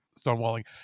stonewalling